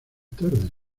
tarde